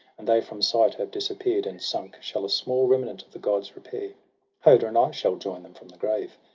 and they from sight have disappear'd, and sunk, shall a small remnant of the gods repair hoder and i shall join them from the grave.